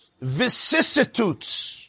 vicissitudes